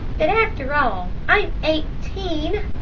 but after all, i'm eighteen,